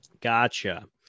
Gotcha